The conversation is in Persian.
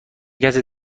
کسی